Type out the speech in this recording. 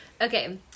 okay